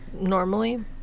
normally